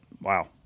Wow